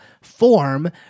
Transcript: form